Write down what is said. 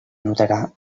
anotarà